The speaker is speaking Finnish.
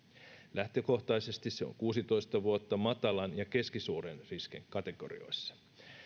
lähtökohtaisesti se on kuusitoista vuotta matalan ja keskisuuren riskin kategorioissa